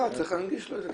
צריך להנגיש לו את זה,